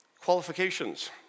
Qualifications